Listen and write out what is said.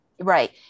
Right